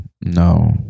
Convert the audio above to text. No